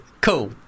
cool